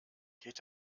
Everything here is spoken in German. geht